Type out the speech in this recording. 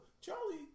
Charlie